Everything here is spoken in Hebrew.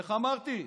איך אמרתי?